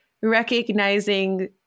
recognizing